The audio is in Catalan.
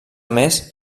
més